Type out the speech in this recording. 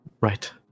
right